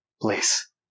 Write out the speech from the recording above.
Please